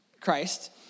Christ